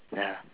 ya